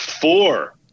four